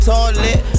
Toilet